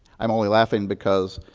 um only laughing because